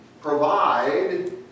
provide